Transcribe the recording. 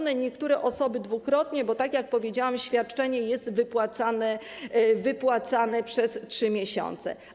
Niektóre osoby dwukrotnie, bo tak jak powiedziałam, świadczenie jest wypłacane przez 3 miesiące.